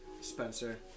spencer